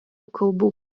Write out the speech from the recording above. kalbų